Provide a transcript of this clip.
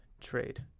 trade